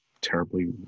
terribly